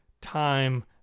time